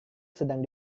sedang